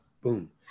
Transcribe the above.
boom